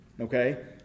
Okay